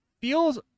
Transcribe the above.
feels